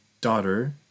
daughter